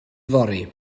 yfory